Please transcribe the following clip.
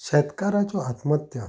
शेतकाराच्यो आत्महत्या